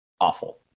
awful